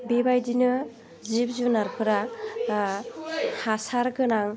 बेबायदिनो जिब जुनारफोरा हासारगोनां